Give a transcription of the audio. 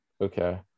okay